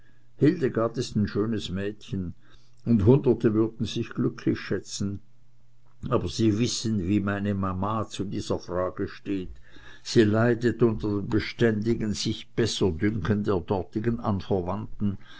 hildegard ist ein schönes mädchen und hunderte würden sich glücklich schätzen aber sie wissen wie meine mama zu dieser frage steht sie leidet unter dem beständigen sichbesserdünken der dortigen anverwandten